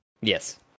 Yes